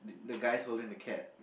the guys holding the cat